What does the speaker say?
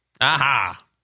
Aha